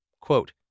Quote